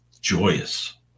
joyous